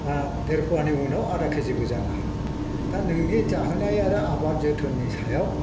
दा देर पवानि उनाव आदा केजिबो जानो हागौ दा नोंनि जाहोनाय आरो आबाद जोथोननि सायाव